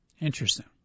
Interesting